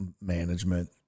management